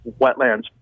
wetlands